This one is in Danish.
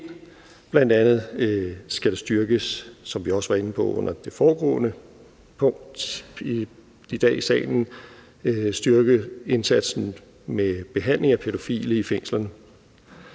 tiltag ind, bl.a. – som vi også var inde på under det foregående punkt i dag i salen – at styrke indsatsen med behandling af pædofile i fængslerne.